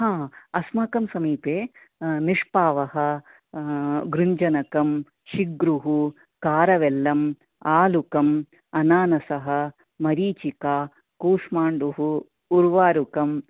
अस्माकं समीपे निष्पावः गृञ्जनकं शीघ्रुः कारवेल्लम् आलुकम् अनानसः मरीचिका कूष्माण्डः उर्वारुकम्